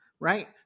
Right